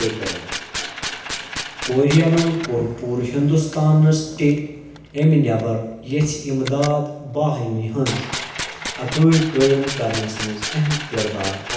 كٗرِینن كو٘ر پوٗر ہِنٛدوستانس تہٕ اَمہِ نٮ۪بَر یِژھہ امداد باہمی ہنٛزٕ اكٲیۍ قٲیِم کرنس منٛز اَہم کِردار ادا